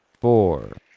four